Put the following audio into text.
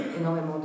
énormément